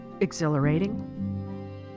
exhilarating